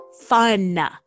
fun